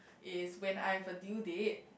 is when I have a due date